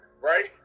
right